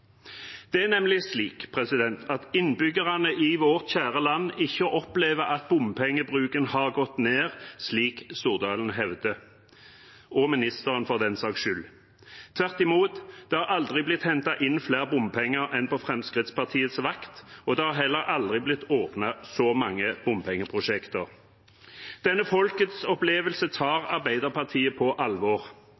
Det er nemlig slik at innbyggerne i vårt kjære land ikke opplever at bompengebruken har gått ned, slik Stordalen hevder – og samferdselsministeren, for den saks skyld. Tvert imot har det aldri blitt hentet inn flere bompenger enn på Fremskrittspartiets vakt, og det har heller aldri blitt åpnet så mange bompengeprosjekter. Denne folkets opplevelse tar